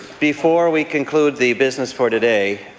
before we conclude the business for today,